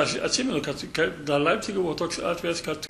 aš atsimenu kad kaip dar lenkijoj buvo toks atvejis kad